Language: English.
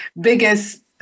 biggest